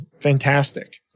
Fantastic